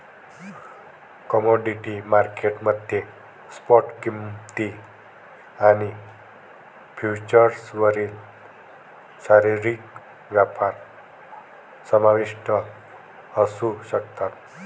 commodity market मध्ये spot किंमती आणि फ्युचर्सवरील शारीरिक व्यापार समाविष्ट असू शकतात